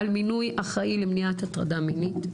על מינוי אחראי למניעת הטרדה מינית.